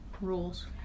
rules